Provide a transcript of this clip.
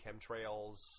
chemtrails